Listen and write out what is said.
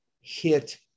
hit